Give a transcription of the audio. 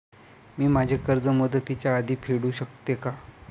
मी माझे कर्ज मुदतीच्या आधी फेडू शकते का?